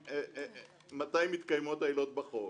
מתי מתקיימות העילות בחוק.